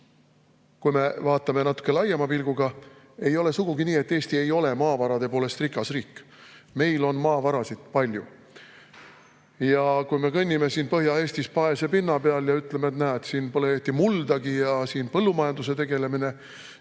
kui me vaatame natuke laiema pilguga, siis ei ole sugugi nii, et Eesti ei ole maavarade poolest rikas riik. Meil on maavarasid palju. Kui me kõnnime Põhja-Eesti paese pinna peal ja ütleme, et näed, siin pole õieti muldagi ja põllumajandusega tegelemisel